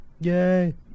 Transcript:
Yay